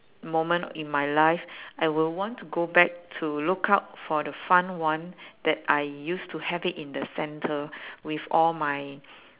moment in my life I will want to go back to look out for the fun one that I used to have it in the centre with all my